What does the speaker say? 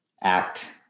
act